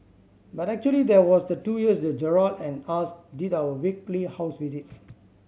but actually there was the two years that Gerald and us did our weekly house visits